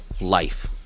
life